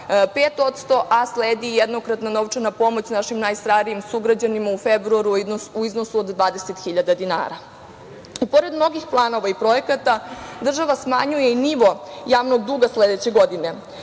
5,5%, a sledi jednokratna novčana pomoć našim najstarijim sugrađanima u februaru u iznosu od 20 hiljada dinara. Pored mnogih planova i projekata država smanjuje i nivo javnog duga sledeće godine,